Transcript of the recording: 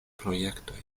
projektoj